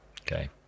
Okay